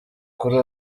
kuri